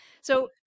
So-